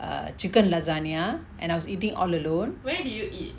a chicken lasagne and I was eating all alone